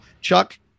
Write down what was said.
chuck